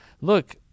look